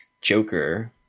Joker